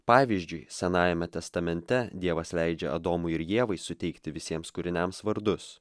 pavyzdžiui senajame testamente dievas leidžia adomui ir ievai suteikti visiems kūriniams vardus